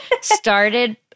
started